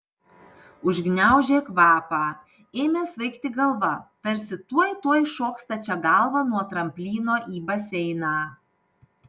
užgniaužė kvapą ėmė svaigti galva tarsi tuoj tuoj šoks stačia galva nuo tramplyno į baseiną